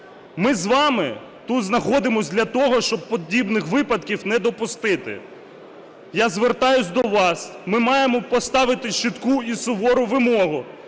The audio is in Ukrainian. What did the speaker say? Ми з вами тут знаходимось для того, щоб подібних випадків не допустити. Я звертаюсь до вас. Ми маємо поставити чітку і сувору вимогу